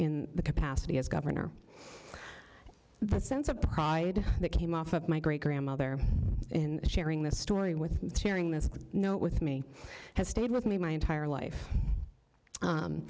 in the capacity as governor the sense of pride that came off of my great grandmother in sharing this story with tearing this know with me has stayed with me my entire life